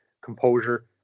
composure